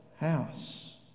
house